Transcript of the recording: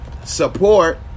support